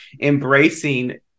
embracing